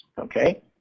okay